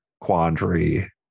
quandary